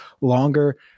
longer